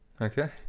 Okay